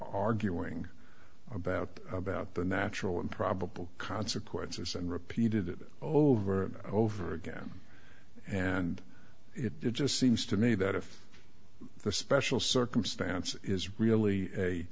arguing about about the natural and probable consequences and repeated it over and over again and it just seems to me that if the special circumstance is really a